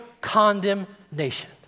condemnation